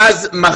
אבל אז מחק